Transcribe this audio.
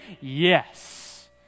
yes